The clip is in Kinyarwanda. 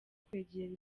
kwegera